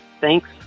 thanks